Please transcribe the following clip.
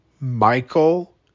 Michael